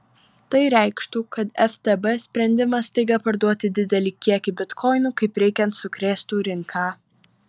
tai reikštų kad ftb sprendimas staiga parduoti didelį kiekį bitkoinų kaip reikiant sukrėstų rinką